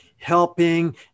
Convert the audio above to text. helping